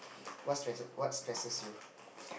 what stresses what stresses you